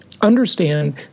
understand